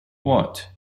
what